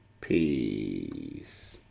Peace